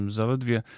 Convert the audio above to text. zaledwie